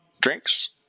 drinks